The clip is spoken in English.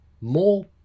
more